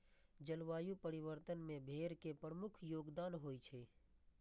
जलवायु परिवर्तन मे भेड़ के प्रमुख योगदान होइ छै